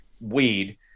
weed